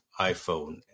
iPhone